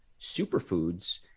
superfoods